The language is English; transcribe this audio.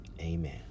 Amen